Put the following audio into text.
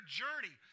journey